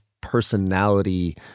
personality